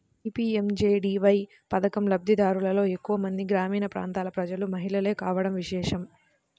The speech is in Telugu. ఈ పీ.ఎం.జే.డీ.వై పథకం లబ్ది దారులలో ఎక్కువ మంది గ్రామీణ ప్రాంతాల ప్రజలు, మహిళలే కావడం విశేషం